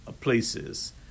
places